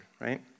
right